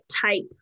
type